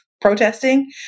protesting